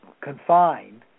confined